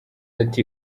ati